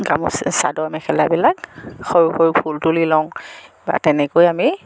গামোচা চাদৰ মেখেলাবিলাক সৰু সৰু ফুল তুলি লওঁ বা তেনেকৈ আমি